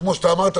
כמו שאמרת,